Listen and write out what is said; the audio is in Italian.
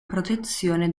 protezione